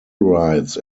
rides